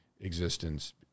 existence